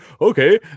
Okay